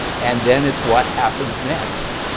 and then it's what happens next?